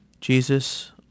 Jesus